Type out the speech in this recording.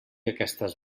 aquestes